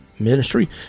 ministry